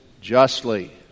justly